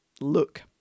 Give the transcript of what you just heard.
look